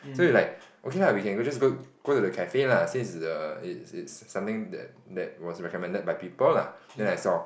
so we were like okay lah we can just go go to the cafe lah since it's a it's it's something that that was recommended by people lah then I saw